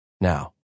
now